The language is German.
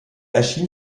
erschien